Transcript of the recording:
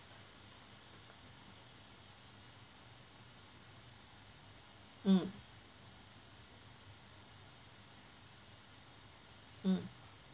mm mm